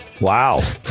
wow